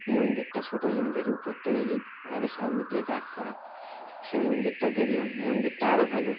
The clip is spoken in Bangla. মন্দিরটা ছোটো মন্দির রুপোর তৈরি আরও সামনে দিয়ে গার্ড করা সে মন্দিরটা দেখলাম মন্দিরটা আরও ভালো